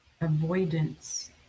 avoidance